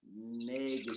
Negative